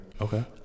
Okay